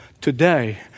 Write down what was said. today